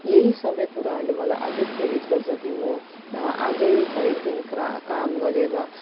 यही सबै कुराहरूले मलाई अझै प्रेरित गर्छ कि म अझै हरेक दिन क्र काम गरेर